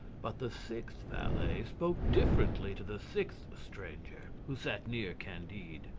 but the sixth valet spoke differently to the sixth stranger, who sat near candide.